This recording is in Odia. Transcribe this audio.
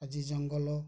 ଆଜି ଜଙ୍ଗଲ